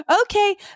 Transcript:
okay